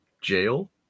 jail